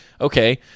Okay